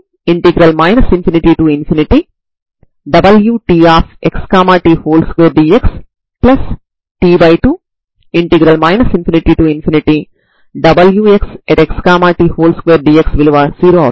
ఇది 0 x L మరియు t 0 అయినప్పుడు మీ పరిష్కారం అవుతుంది